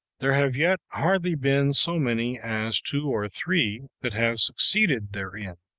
there have yet hardly been so many as two or three that have succeeded therein,